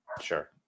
Sure